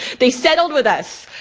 they settled with us.